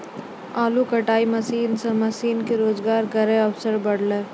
आलू कटाई मसीन सें किसान के रोजगार केरो अवसर बढ़लै